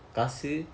காசு:kaasu